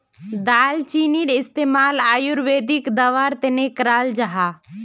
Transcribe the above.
दालचीनीर इस्तेमाल आयुर्वेदिक दवार तने कराल जाहा